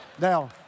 Now